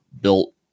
built